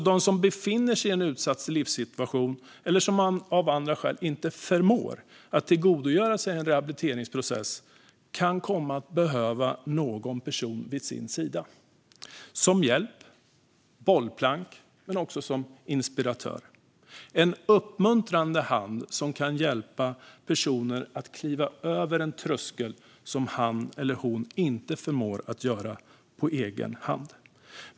De som befinner sig i en utsatt livssituation eller av andra skäl inte förmår att tillgodogöra sig en rehabiliteringsprocess kan komma att behöva någon vid sin sida som hjälp, bollplank och inspiratör - en uppmuntrande hand som kan hjälpa personer att kliva över en tröskel de inte förmår att kliva över på egen hand.